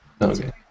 Okay